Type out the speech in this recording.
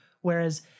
Whereas